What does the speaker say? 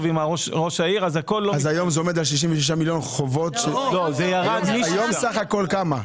עם ראש העיר- -- היום זה עומד על 66 מיליון היום סך הכול כמה?